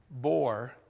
bore